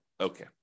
Okay